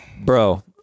Bro